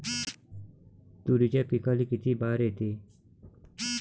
तुरीच्या पिकाले किती बार येते?